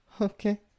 okay